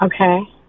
Okay